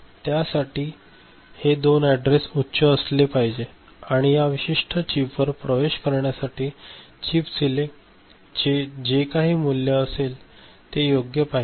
त्या साठी हे दोन ऍडरेस उच्च असले पाहिजेत आणि या विशिष्ट चिपवर प्रवेश करण्यासाठी चिप सिलेक्ट चे जे काही मूल्य असले ते योग्य पाहिजे